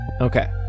Okay